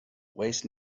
waste